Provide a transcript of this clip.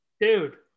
dude